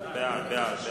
בעד.